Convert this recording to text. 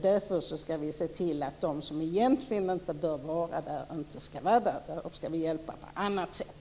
Därför ska vi se till att de som egentligen inte bör vara där inte heller stannar där. Dem ska vi hjälpa på annat sätt.